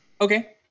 okay